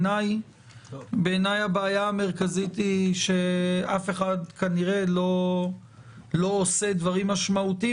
בעיניי הבעיה המרכזית היא שאף אחד כנראה לא עושה דברים משמעותיים